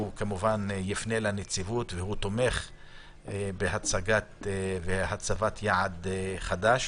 כמובן יפנה לנציבות ושהוא תומך בהצגת והצבת יעד חדש.